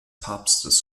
papstes